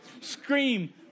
scream